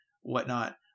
whatnot